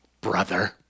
brother